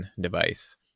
device